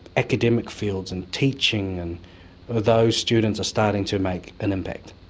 academic fields and teaching, and those students are starting to make an impact.